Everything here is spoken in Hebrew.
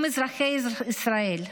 הם אזרחי ישראל,